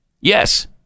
yes